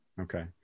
okay